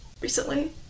recently